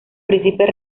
príncipes